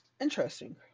Interesting